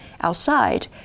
outside